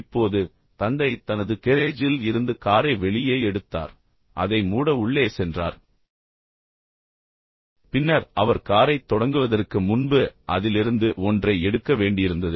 இப்போது தந்தை தனது கேரேஜில் இருந்து காரை வெளியே எடுத்தார் அதை மூட உள்ளே சென்றார் பின்னர் அவர் காரைத் தொடங்குவதற்கு முன்பு அதிலிருந்து ஒன்றை எடுக்க வேண்டியிருந்தது